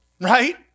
right